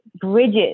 bridges